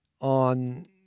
on